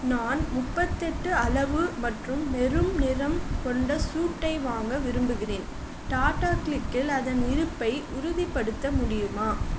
நான் முப்பத்தெட்டு அளவு மற்றும் மெரூன் நிறம் கொண்ட சூட்டை வாங்க விரும்புகிறேன் டாடா க்ளிக்கில் அதன் இருப்பை உறுதிப்படுத்த முடியுமா